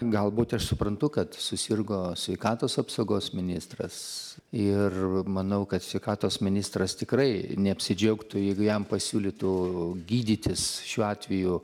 galbūt aš suprantu kad susirgo sveikatos apsaugos ministras ir manau kad sveikatos ministras tikrai neapsidžiaugtų jeigu jam pasiūlytų gydytis šiuo atveju